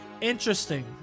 interesting